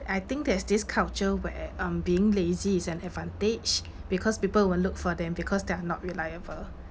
I think there's this culture where um being lazy is an advantage because people will look for them because they are not reliable